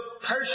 person